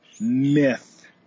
myth